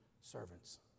servants